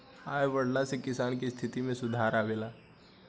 आय बढ़ला से किसान के स्थिति में सुधार आवेला